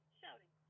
shouting